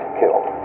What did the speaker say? killed